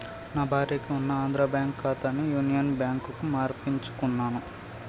నా భార్యకి ఉన్న ఆంధ్రా బ్యేంకు ఖాతాని యునియన్ బ్యాంకుకు మార్పించుకున్నాను